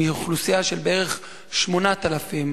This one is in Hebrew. מאוכלוסייה של בערך 8,000,